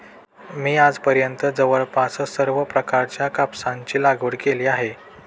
मी आजपर्यंत जवळपास सर्व प्रकारच्या कापसाची लागवड केली आहे